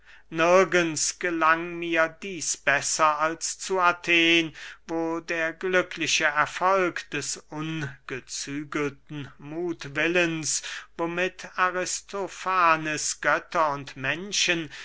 nirgends gelang mir dieß besser als zu athen wo der glückliche erfolg des ungezügelten muthwillens womit aristofanes götter und menschen